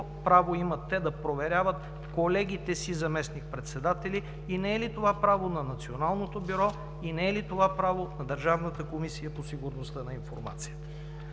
право имат те да проверяват колегите си заместник-председатели и не е ли това право на Националното бюро, и не е ли това право на Държавната комисия по сигурността на информацията?